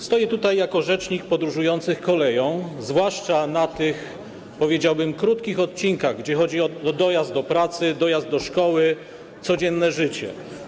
Stoję tutaj jako rzecznik podróżujących koleją, zwłaszcza na tych, powiedziałbym, krótkich odcinkach, gdzie chodzi o dojazd do pracy, dojazd do szkoły, codzienne życie.